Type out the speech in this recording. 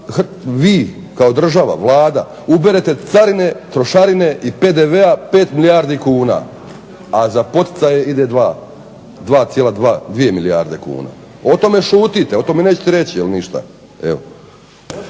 vi kao država, Vlada uberete carine, trošarine i PDV-a 5 milijardi kuna, a za poticaje ide 2,2 milijarde kuna. O tome šutite. O tome nećete reći ništa.